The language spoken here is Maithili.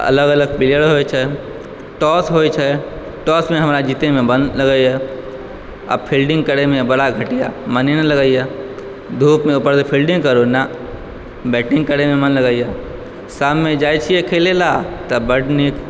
अलग अलग प्लेअर होइ छै टॉस होइ छै टॉस मे हमरा जीतए मे बड़ नीक लगैया आ फ़ील्डिंग करय मे बड़ा घटिया मने नहि लगैया धूप मे ऊपर से फ़ील्डिंग करूँ न बैटिंग करय मे मन लगैया शाम मे जाइ छियै खेलय लए तब बड नीक